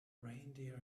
reindeer